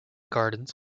gardens